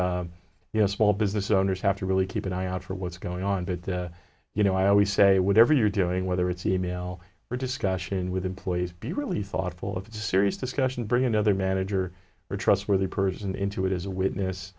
you know small business owners have to really keep an eye out for what's going on but you know i always say whatever you're doing whether it's e mail or discussion with employees be really thoughtful of the serious discussion bring another manager or trustworthy person into it as a witness